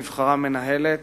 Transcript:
נבחרה מנהלת